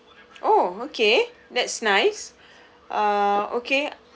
oh okay that's nice uh okay